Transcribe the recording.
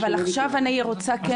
אבל עכשיו אני רוצה כן שנתייחס.